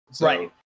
Right